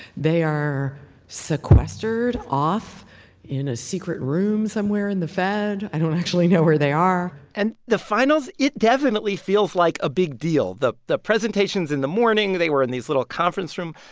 they are sequestered off in a secret room somewhere in the fed. i don't actually know where they are and the finals it definitely feels like a big deal. the the presentations in the morning they were in this little conference room.